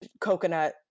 coconut